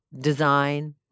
design